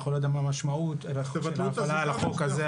אני לא יודע מה המשמעות של זה על החוק הזה,